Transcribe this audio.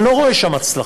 אני לא רואה שם הצלחה.